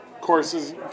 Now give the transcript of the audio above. courses